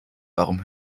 warum